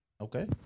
Okay